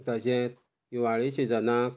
तशेंच हिवाळी सिजनाक